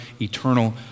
eternal